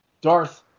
Darth